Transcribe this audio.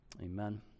Amen